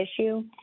issue